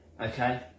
okay